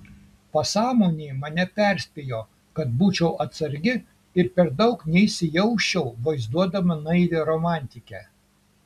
pasąmonė mane perspėjo kad būčiau atsargi ir per daug neįsijausčiau vaizduodama naivią romantikę